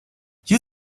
you